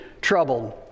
troubled